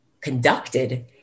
conducted